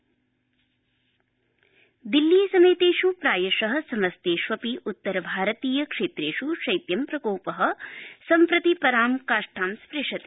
शीतलहरी दिल्ली समेतेष् प्रायश समस्तेष्वपि उत्तर भारतीय क्षेत्रेष् शैत्य प्रकोप सम्प्रति परां काष्ठां स्पृशति